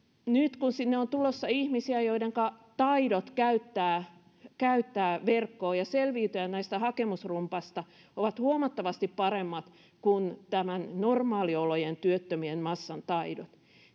nyt kun sinne on tulossa ihmisiä joidenka taidot käyttää käyttää verkkoa ja selviytyä tästä hakemusrumbasta ovat huomattavasti paremmat kuin normaaliolojen työttömien massan taidot